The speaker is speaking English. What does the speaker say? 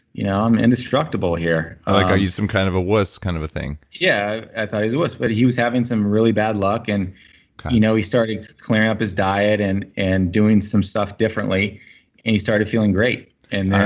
you know i'm indestructible here. like, are you some kind of a wuss kind of a thing? yeah. i thought he was but a wuss. he was having some really bad luck and you know he started clearing up his diet and and doing some stuff differently and he started feeling great. and then,